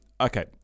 okay